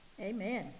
Amen